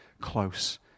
close